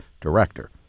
director